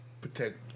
protect